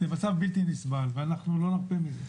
זה מצב בלתי נסבל, ואנחנו לא נרפה מזה.